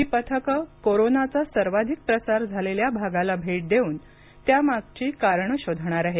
ही पथकं कोरोनाचा सर्वाधिक प्रसार झालेल्या भागाला भेट देऊन त्यामागची कारणं शोधणार आहेत